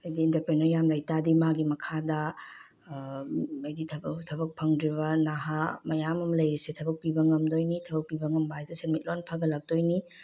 ꯍꯥꯏꯗꯤ ꯑꯦꯟꯇꯔꯄ꯭ꯔꯦꯅꯔ ꯌꯥꯝꯅ ꯂꯩꯇꯥꯗꯤ ꯃꯥꯒꯤ ꯃꯈꯥꯗ ꯍꯥꯏꯗꯤ ꯊꯕꯛ ꯐꯪꯗ꯭ꯔꯤꯕ ꯅꯍꯥ ꯃꯌꯥꯝ ꯑꯝꯃ ꯂꯩꯔꯤꯁꯦ ꯊꯕꯛ ꯄꯤꯕ ꯉꯝꯗꯣꯏꯅꯤ ꯊꯕꯛꯄꯤꯕ ꯉꯝꯕ ꯍꯥꯏꯁꯦ ꯁꯦꯟꯃꯤꯠꯂꯣꯟ ꯐꯒꯠꯂꯛꯇꯣꯏꯅꯤ